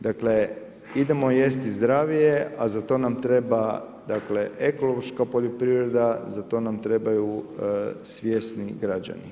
Dakle, idemo jesti zdravije, a za to nam treba, dakle, ekološka poljoprivreda, za to nam trebaju svjesni građani.